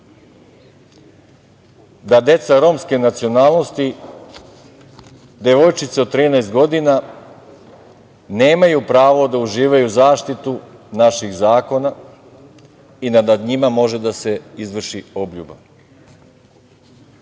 da deca romske nacionalnosti, devojčice od trinaest godina nemaju pravo da uživaju zaštitu naših zakona i da nad njima može da se izvrši obljuba. To